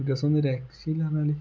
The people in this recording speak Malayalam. ഒരു രസം എന്നാൽ രക്ഷയില്ല പറഞ്ഞാൽ